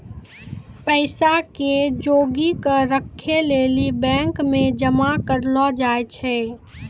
पैसा के जोगी क राखै लेली बैंक मे जमा करलो जाय छै